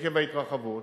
עקב ההתרחבות.